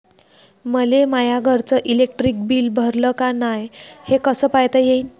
मले माया घरचं इलेक्ट्रिक बिल भरलं का नाय, हे कस पायता येईन?